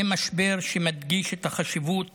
זה משבר שמדגיש את החשיבות